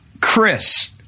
Chris